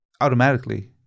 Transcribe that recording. Automatically